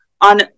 on